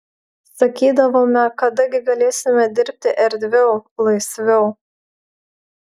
sakydavome kada gi galėsime dirbti erdviau laisviau